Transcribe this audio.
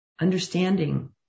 understanding